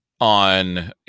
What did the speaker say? on